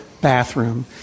bathroom